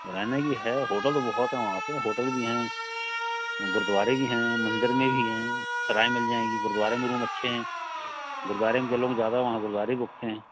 रहने की है होटल तो बहुत है वहाँ पर होटल भी हैं गुरुद्वारे भी हैं मंदिर में भी हैं सराएँ मिल जाएँगी गुरुद्वारे में रूम अच्छे हैं गुरुद्वारे में लोग ज़्यादा वहाँ गुरुद्वारे रुकते हैं